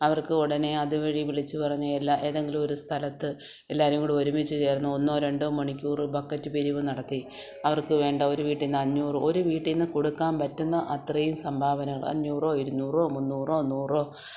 അവർക്ക് ഉടനെ അത് വഴി വിളിച്ചുപറഞ്ഞ് എല്ലാ ഏതെങ്കിലും ഒരു സ്ഥലത്ത് എല്ലാവരുംകൂടി ഒരുമിച്ച്ചേർന്ന് ഒന്നോ രണ്ടോ മണിക്കൂര് ബക്കറ്റ് പിരിവ് നടത്തി അവർക്ക് വേണ്ട ഒരു വീട്ടീന്ന് അഞ്ഞൂറ് ഒരു വീട്ടീന്ന് കൊടുക്കുക പറ്റുന്ന അത്രയും സംഭാവനകള് അഞ്ഞൂറോ ഇരുന്നൂറോ മുന്നൂറോ നൂറോ